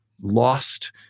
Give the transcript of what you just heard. lost